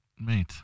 Mate